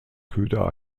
köder